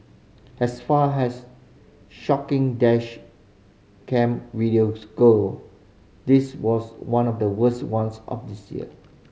as far as shocking dash cam videos go this was one of the worst ones of this year